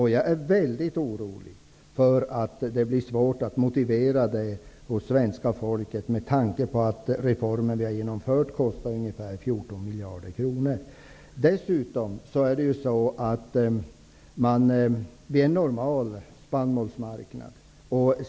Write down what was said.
Jag är väldigt orolig för att det blir svårt att motivera det hos svenska folket med tanke på att de reformer som vi har genomfört kostar ungefär 14 miljarder kronor. Dessutom utgör vi en normal spannmålsmarknad.